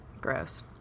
Gross